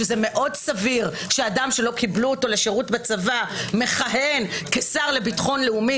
שזה מאוד סביר שאדם שלא קיבלו אותו לשירות בצבא מכהן כשר לביטחון לאומי,